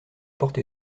porte